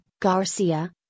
Garcia